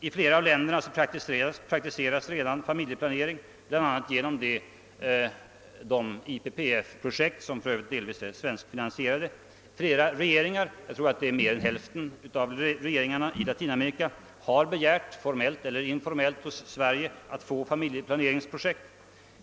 I flera av länderna praktiseras redan familjeplanering, bl.a. genom IPPF-projekten, som för övrigt delvis är självfinansierande. Flera regeringar i Latinamerika — jag tror mer än hälften av dem — har begärt, formellt eller informellt, av Sverige att få familjeplaneringsprojekt.